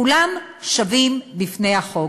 כולם שווים בפני החוק.